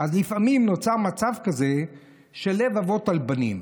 לפעמים נוצר מצב כזה של "לב אבות על בנים",